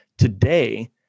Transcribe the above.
Today